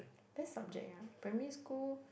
best subject ah in primary school